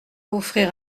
offrir